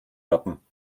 werden